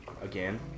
again